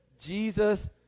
Jesus